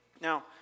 Now